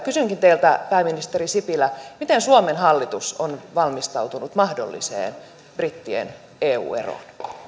kysynkin teiltä pääministeri sipilä miten suomen hallitus on valmistautunut mahdolliseen brittien eu eroon